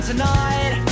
tonight